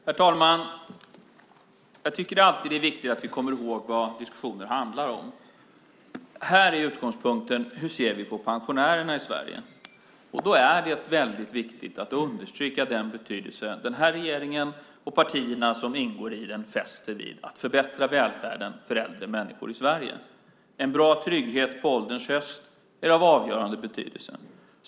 Herr talman! Det är alltid viktigt att komma ihåg vad diskussioner handlar om. Här är utgångspunkten hur vi ser på pensionärerna i Sverige. Då är det viktigt att understryka den betydelse som den nuvarande regeringen och partierna som ingår i den fäster vid att förbättra välfärden för äldre människor. En bra trygghet på ålderns höst är av avgörande betydelse.